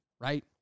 right